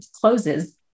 closes